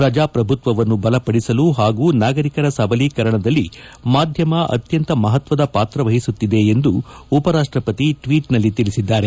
ಪ್ರಜಾಪ್ರಭುತ್ವವನ್ನು ಬಲಪದಿಸಲು ಹಾಗೂ ನಾಗರಿಕರ ಸಬಲೀಕರಣದಲ್ಲಿ ಮಾಧ್ಯಮ ಅತ್ಯಂತ ಮಹತ್ವದ ಪಾತ್ರವಹಿಸುತ್ತಿದೆ ಎಂದು ಉಪರಾಷ್ಟಪತಿ ಟ್ವೀಟ್ನಲ್ಲಿ ತಿಳಿಸಿದ್ದಾರೆ